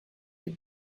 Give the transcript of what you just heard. were